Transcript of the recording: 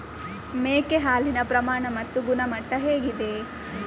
ಮೇಕೆ ಹಾಲಿನ ಪ್ರಮಾಣ ಮತ್ತು ಗುಣಮಟ್ಟ ಹೇಗಿದೆ?